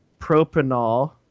Propanol